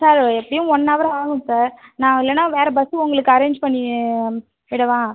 sir எப்படியும் one hour ஆகும் sir நான் இல்லைனா வேறு பஸ் உங்களுக்கு அரேஞ்ச் பண்ணி விடவா